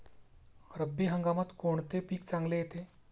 रब्बी हंगामात कोणते पीक चांगले येते?